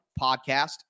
Podcast